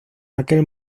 aquel